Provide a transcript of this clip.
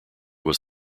was